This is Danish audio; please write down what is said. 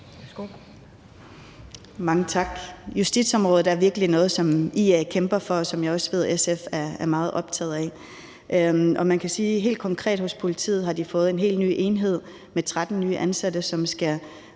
Mange tak. Justitsområdet er virkelig noget, som IA kæmper for, og som jeg også ved SF er meget optaget af. Helt konkret kan man sige, at politiet har fået en helt ny enhed med 13 nye ansatte, bl.a.